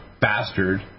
bastard